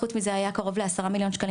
חוץ מזה היה לנו תקציב של 10 מילוני שקלים